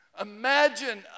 Imagine